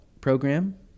program